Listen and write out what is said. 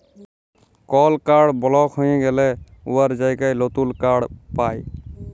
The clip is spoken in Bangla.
কল কাড় বলক হঁয়ে গ্যালে উয়ার জায়গায় লতুল কাড় পায়